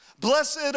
Blessed